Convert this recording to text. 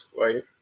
right